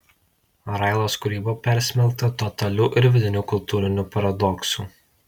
railos kūryba persmelkta totalių ir vidinių kultūrinių paradoksų